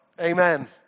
Amen